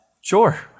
Sure